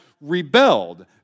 rebelled